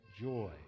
joy